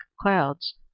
clouds